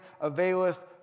availeth